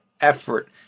effort